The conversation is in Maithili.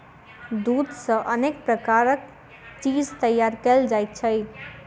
दूध सॅ अनेक प्रकारक चीज तैयार कयल जाइत छै